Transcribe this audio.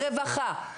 רווחה,